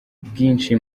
bwinshi